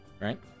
Right